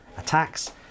attacks